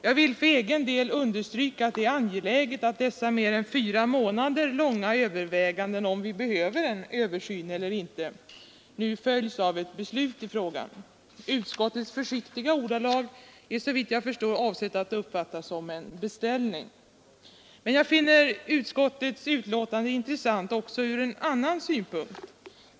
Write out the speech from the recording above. Jag vill för egen del understryka att det är angeläget att dessa fyra månader långa överväganden — om vi behöver en översyn eller inte — nu följs av ett beslut i frågan. Utskottets försiktiga ordalag är, såvitt jag förstår, avsedda att uppfattas som en beställning. Men jag finner utskottets betänkande intressant också från en annan synpunkt.